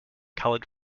colored